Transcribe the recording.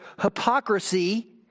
hypocrisy